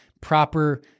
proper